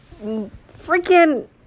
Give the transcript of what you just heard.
freaking